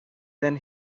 then